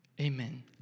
amen